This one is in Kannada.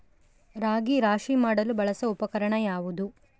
ರಾಗಿ ರಾಶಿ ಮಾಡಲು ಬಳಸುವ ಉಪಕರಣ ಯಾವುದು?